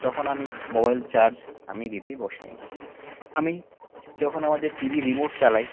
তখন আমি mobile charge আমি দিতে বসাই না আমি যখন আমাদের টিভি রিমোট চালাই